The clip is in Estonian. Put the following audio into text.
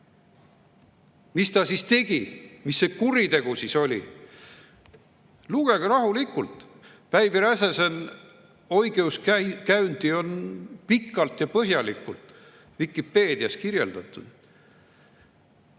Mis ta siis tegi, mis see kuritegu oli? Lugege rahulikult, Päivi Räsäseoikeuskäynti'ton pikalt ja põhjalikult Vikipeedias kirjeldatud.